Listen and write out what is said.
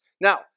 Now